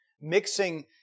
Mixing